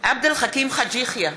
עבד אל חכים חאג' יחיא,